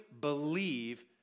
believe